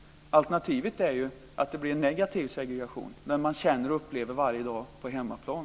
Alternativet är ju att det blir en negativ segregation som man känner och upplever varje dag på hemmaplan.